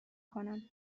کنم